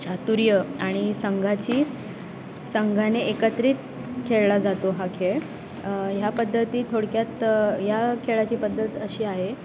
चातुर्य आणि संघाची संघाने एकत्रित खेळला जातो हा खेळ ह्या पद्धती थोडक्यात या खेळाची पद्धत अशी आहे